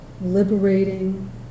liberating